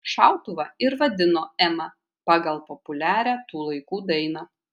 šautuvą ir vadino ema pagal populiarią tų laikų dainą